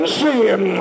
sin